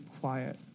quiet